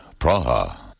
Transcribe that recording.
Praha